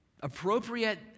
appropriate